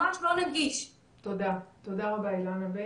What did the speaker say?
נכנסים לאפליקציה, הרואה רואה שזה טקסט, ה-voice